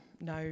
no